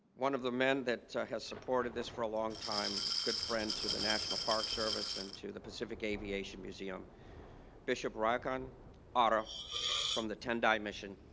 one of the men that has supported this for a long time good friend to the national park service and to the pacific aviation museum bishop rockin ara from the tendai mission